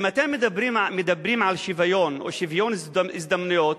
אם אתם מדברים על שוויון, או שוויון הזדמנויות,